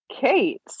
Kate